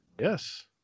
Yes